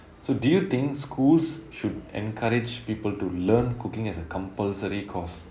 so do you think schools should encourage people to learn cooking as a compulsory course